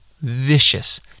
vicious